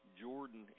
Jordan